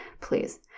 please